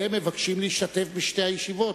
והם מבקשים להשתתף בשתי הישיבות,